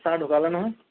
sir ঢুকালে নহয়